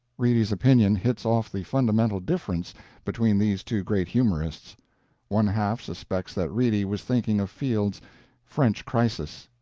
reedy's opinion hits off the fundamental difference between these two great humorists one half suspects that reedy was thinking of field's french crisis.